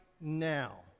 now